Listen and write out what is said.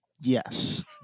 Yes